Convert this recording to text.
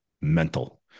mental